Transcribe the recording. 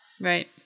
Right